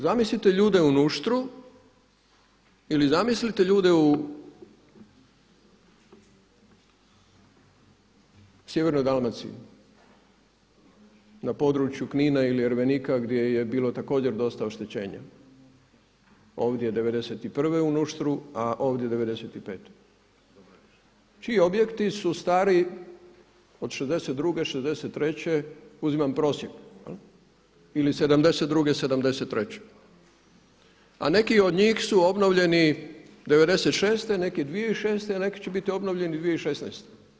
Zamislite ljude u Nuštru ili zamislite ljude u sjevernoj Dalmaciji na području Knina ili Ervenika gdje je bilo također dosta oštećenja, ovdje '91. u Nuštru, a ovdje '95., čiji objekti su stari od '62., '63., uzimam prosjek ili '72., '73., a neki od njih su obnovljeni '96., neki 2006., a neki će biti obnovljeni 2016.